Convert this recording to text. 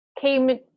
came